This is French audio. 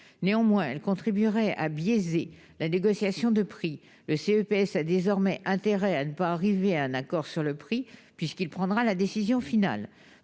Néanmoins, elle contribuerait à biaiser la négociation de prix. Le CEPS a désormais intérêt à ne pas arriver à un accord sur le prix, puisqu'il prendra la décision finale.